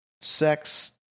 sex